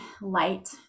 light